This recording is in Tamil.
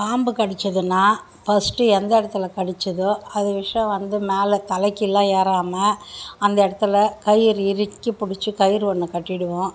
பாம்பு கடித்ததுனா ஃபஸ்டு எந்த இடத்துல கடித்ததோ அது விஷம் வந்து மேலே தலைக்கெலாம் ஏறாமல் அந்த இடத்துல கயிறு இறுக்கி பிடிச்சி கயிறு ஒன்று கட்டிவிடுவோம்